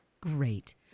Great